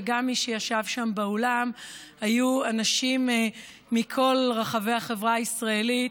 וגם מי שישבו שם באולם היו אנשים מכל רחבי החברה הישראלית,